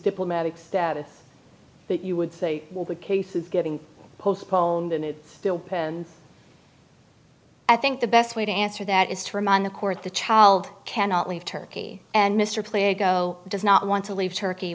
diplomatic status that you would say well the case is getting postponed and it's still pending i think the best way to answer that is to remind the court the child cannot leave turkey and mr play ago does not want to leave turkey